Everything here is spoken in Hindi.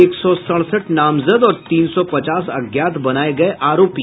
एक सौ सड़सठ नामजद और तीन सौ पचास अज्ञात बनाये गये आरोपी